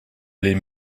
les